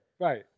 Right